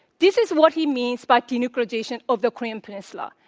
this is what he means by denuclearization of the korean peninsula.